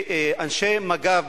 אנשי מג"ב,